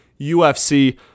UFC